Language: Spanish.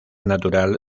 natural